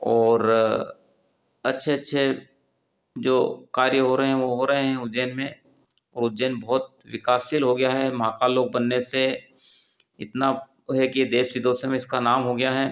और अच्छे अच्छे जो कार्य हो रहे हैं वो हो रहे हैं उज्जैन में और उज्जैन बहुत विकासशील हो गया है महाकाल लोक बनने से इतना है कि देश विदेशों में इसका नाम हो गया है